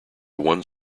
one